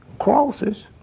crosses